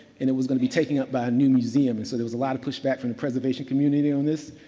and it was going to be taken up by a new museum. and so there was a lot of pushback from the preservation community on this.